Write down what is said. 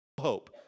hope